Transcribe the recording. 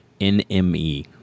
NME